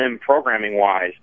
programming-wise